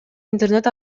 интернет